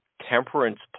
temperance